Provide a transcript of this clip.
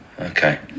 Okay